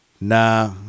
nah